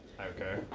Okay